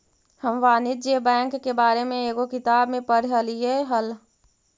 हम वाणिज्य बैंक के बारे में एगो किताब में पढ़लियइ हल